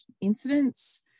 incidents